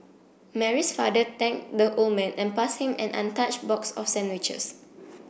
Mary's father thanked the old man and passed him an untouched box of sandwiches